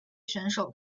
选手